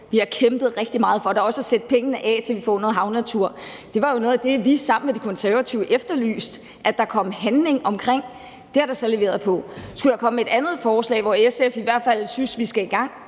Vi har kæmpet rigtig meget for det og for at sætte pengene sat af til, at vi får noget havnatur. Det var jo noget af det, vi sammen med De Konservative efterlyste at der kom handling på. Det er der så leveret på. Skulle jeg komme med et andet forslag, som SF i hvert fald synes at vi skal i gang